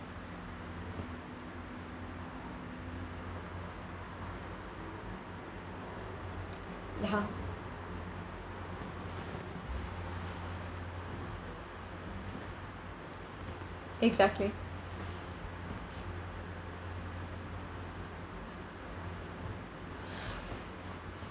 (uh huh) exactly